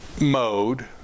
mode